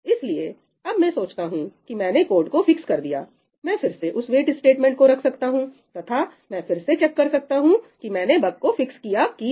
इसलिए अब मैं सोचता हूं कि मैंने कोड को फिक्स कर दिया मैं फिर से उस वेट स्टेटमेंट को रख सकता हूं तथा मैं फिर से चेक कर सकता हूं कि मैंने बग को फिक्स किया कि नहीं